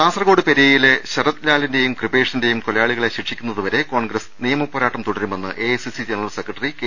കാസർകോട് പെരിയയിലെ ശരത്ലാലിന്റേയും കൃപേഷി ന്റേയും കൊലയാളികളെ ശിക്ഷിക്കുന്നത് വരെ കോൺഗ്രസ് നിയമ പോരാട്ടം തുടരുമെന്ന് എഐസിസി ജനറൽ സെക്രട്ടറി കെ